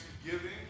Thanksgiving